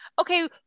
okay